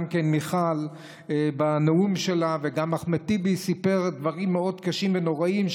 גם מיכל בנאום שלה וגם אחמד טיבי סיפר דברים מאוד קשים ונוראים,